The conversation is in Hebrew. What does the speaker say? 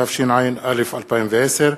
התשע"א 2010,